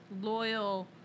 loyal